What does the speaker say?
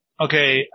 okay